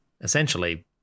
Essentially